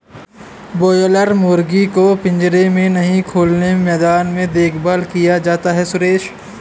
boiler मुर्गी को पिंजरे में नहीं खुले मैदान में देखभाल किया जाता है सुरेश